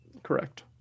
Correct